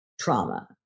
trauma